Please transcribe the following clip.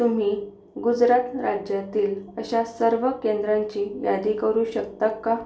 तुम्ही गुजरात राज्यातील अशा सर्व केंद्रांची यादी करू शकता का